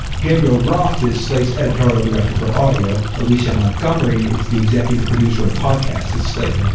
gabriel roth is slate's editorial director for audio. alicia montgomery is the executive producer of podcasts is slate.